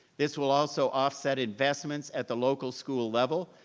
this will also offset investments at the local school level,